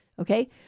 Okay